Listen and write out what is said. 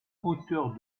hauteur